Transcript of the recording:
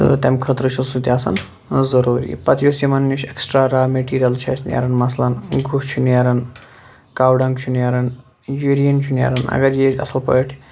تہٕ تمہِ خٲطرٕ چھُ سُہ تہِ آسان ضروٗری پتہٕ یُس یِمن نِش اٮ۪کٕسٹرا را مٹیٖریل چھِ اسہِ نیران مثلن گُہہ چھِ نیران کاو ڈنٛگ چھُ نیرن یوٗریٖن چھُ نیران اگر یہِ اصل پٲٹھۍ